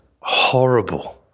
horrible